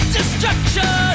Destruction